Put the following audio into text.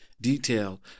detail